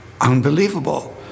unbelievable